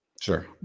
Sure